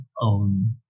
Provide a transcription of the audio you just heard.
own